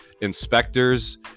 inspectors